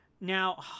now